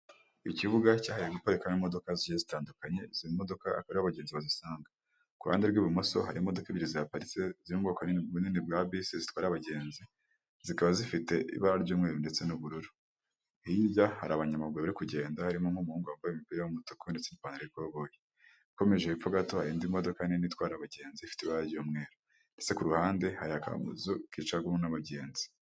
Ikibuga cyahariwe guparika imodokadoka zigiye zitandukanye izi modoka akaba ariho abagenzi bazisanga kuruhande rw'ibumoso harimo imodoka ebyiri zapari zingukaini bunini bwa bisi zitwara abagenzi zikaba zifite ibara ry'umweru ndetse n'ubururu hirya hari abanyamaguru bari kugenda harimo nk'umuhungu wavuye imipira yumutuku ndetsepaligwaboye yakomejepfo gato indi modoka nini itwara abagenzi ifite i ibayo umwe ndetse ku ruhande hari akamozu kicagamo n'abagenzi.